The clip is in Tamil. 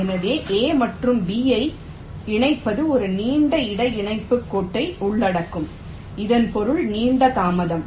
எனவே A மற்றும் B ஐ இணைப்பது ஒரு நீண்ட இடை இணைப்புக் கோட்டை உள்ளடக்கும் இதன் பொருள் நீண்ட தாமதம்